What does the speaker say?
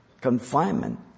confinement